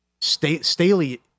Staley